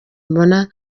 mbona